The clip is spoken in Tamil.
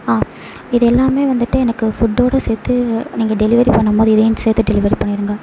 ஆ இது எல்லாமே வந்துட்டு எனக்கு ஃபுட்டோடு சேர்த்து நீங்கள் டெலிவரி பண்ணும்போது இதையும் சேர்த்து டெலிவரி பண்ணிடுங்க